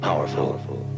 Powerful